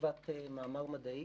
כתיבת מאמר מדעי.